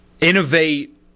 innovate